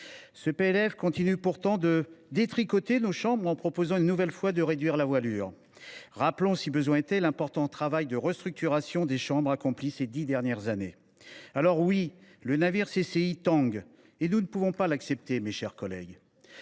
Le PLF continue pourtant de détricoter nos chambres en proposant une nouvelle fois de réduire la voilure. Rappelons l’important travail de restructuration des chambres accompli ces dix dernières années. Certes, le navire CCI tangue. Mais nous ne pouvons pas l’accepter. La proposition